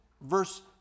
verse